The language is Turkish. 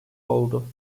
oldu